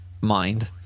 mind